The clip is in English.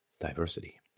diversity